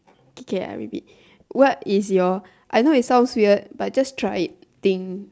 okay I'm ready what is your I know it sounds weird but just try it thing